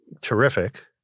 terrific